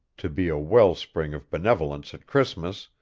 to be a well-spring of benevolence at christmas,